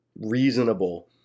reasonable